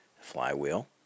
flywheel